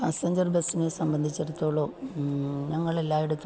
passenger ബസ്സിനെ സംബന്ധിച്ചിടത്തോളം ഞങ്ങളെല്ലായിടത്തും